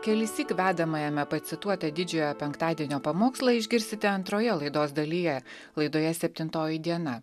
kelissyk vedamajame pacituotą didžiojo penktadienio pamokslą išgirsite antroje laidos dalyje laidoje septintoji diena